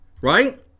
right